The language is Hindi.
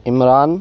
इमरान